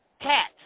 Cat